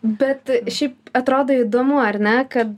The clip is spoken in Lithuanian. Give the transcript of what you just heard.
bet šiaip atrodo įdomu ar ne kad